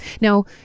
Now